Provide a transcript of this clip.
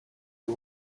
you